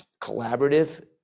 collaborative